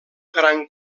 gran